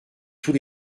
tous